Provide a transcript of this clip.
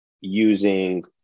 using